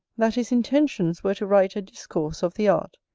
that his intentions were to write a discourse of the art,